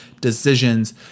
decisions